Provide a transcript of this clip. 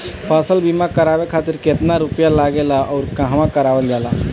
फसल बीमा करावे खातिर केतना रुपया लागेला अउर कहवा करावल जाला?